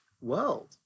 world